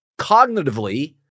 cognitively